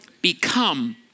Become